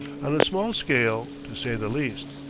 on a small scale, to say the least.